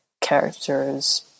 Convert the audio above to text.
characters